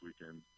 weekend